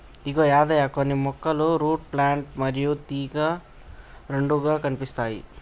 ఇగో యాదయ్య కొన్ని మొక్కలు root plant మరియు తీగ రెండుగా కనిపిస్తాయి